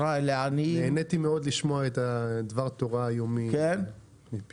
נהניתי מאוד לשמוע את דבר התורה היומי מפיך.